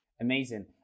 Amazing